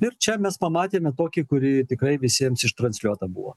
ir čia mes pamatėme tokį kuri tikrai visiems iš transliuota buvo